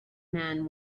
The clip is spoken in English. man